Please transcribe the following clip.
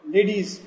Ladies